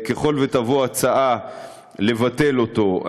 ככל שתבוא הצעה לבטל אותו,